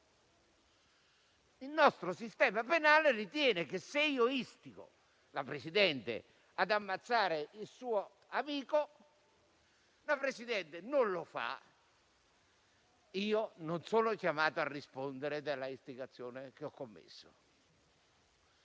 il nostro sistema penale ritiene che, se istigo la Presidente ad ammazzare un suo amico, ma lei non lo fa, non sono chiamato a rispondere dell'istigazione che ho commesso.